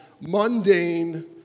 Mundane